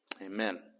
Amen